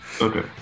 Okay